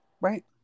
right